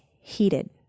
heated